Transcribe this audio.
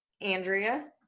Andrea